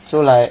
so like